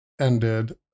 ended